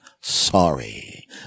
Sorry